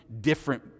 different